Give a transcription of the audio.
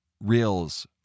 reels